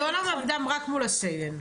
היוהל"ם עבדה רק מול הסגל?